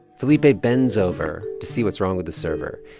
felipe ah bends over to see what's wrong with the server,